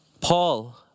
Paul